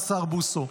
השר בוסו,